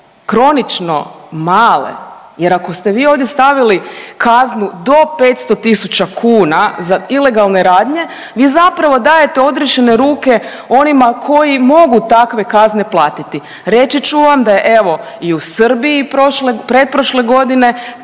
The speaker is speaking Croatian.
kronično male, jer ako ste vi ovdje stavili kaznu do 500 tisuća kuna za ilegalne radnje, vi zapravo dajete odriješene ruke onima koji mogu takve kazne platiti. Reći ću vam da je, evo, i u Srbiji prošle, pretprošle godine